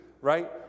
right